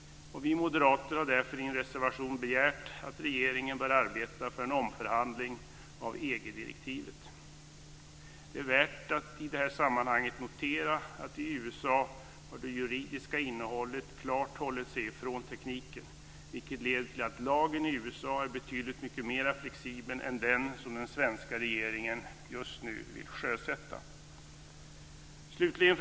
Vi moderater har därför i en reservation begärt att regeringen bör arbeta för en omförhandling av EG Det är värt att i det här sammanhanget notera att i USA har det juridiska innehållet klart hållits ifrån tekniken, vilket leder till att lagen i USA är betydligt mera flexibel än den som den svenska regeringen just nu vill sjösätta. Fru talman!